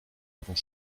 avons